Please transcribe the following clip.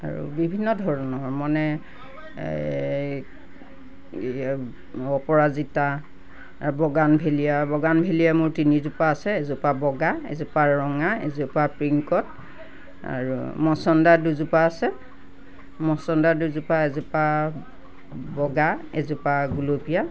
আৰু বিভিন্ন ধৰণৰ মানে এই অপৰাজিতা বগানভেলিয়া বগানভেলিয়া মোৰ তিনিজোপা আছে এজোপা বগা এজোপা ৰঙা এজোপা পিংকত আৰু মচন্দা দুজোপা আছে মচন্দা দুজোপা এজোপা বগা এজোপা গুলপীয়া